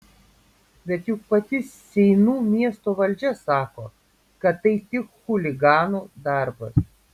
bet juk pati seinų miesto valdžia sako kad tai tik chuliganų darbas